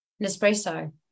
Nespresso